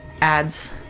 ads